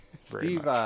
Steve